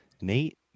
Nate